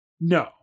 No